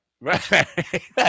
Right